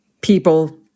people